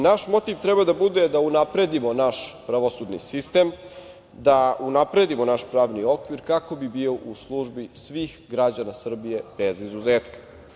Naš motiv treba da bude da unapredimo naš pravosudni sistem, da unapredimo naš pravni okvir, kako bi bio u službi svih građana Srbije bez izuzetka.